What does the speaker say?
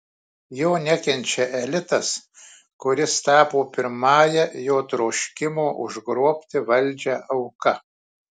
jo nekenčia elitas kuris tapo pirmąja jo troškimo užgrobti valdžią auka